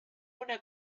una